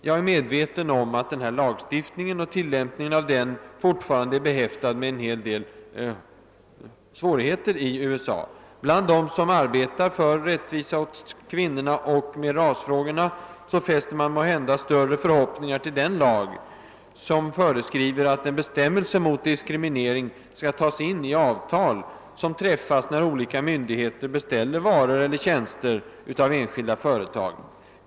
Jag är medveten om att denna lagstiftning och dess tillämpning ännu är behäftad med vissa problem. Bland dem som arbetar för rättvisa åt kvinnorna och med rasfrågorna i USA fäster man måhända större förhoppningar vid den lag som föreskriver, att en bestämmelse mot diskriminering skall tas in i avtal som träffas, när federala myndigheter beställer varor eller tjänster av enskilda företag.